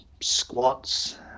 squats